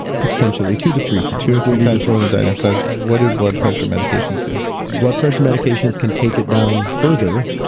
but potentially two to three times two to three times more than diet and exercise. what do blood pressure medications do? blood pressure medications can take it down further.